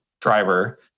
driver